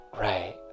right